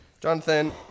Jonathan